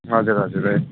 हजुर हजुर